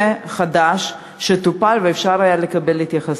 חדש שטופל והיה אפשר לקבל התייחסות.